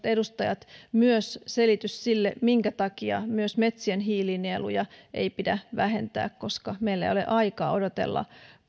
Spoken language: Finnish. edustajat myös selitys sille minkä takia myöskään metsien hiilinieluja ei pidä vähentää meillä ei ole aikaa odotella